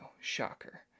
shocker